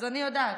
אז אני יודעת.